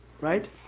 right